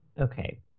Okay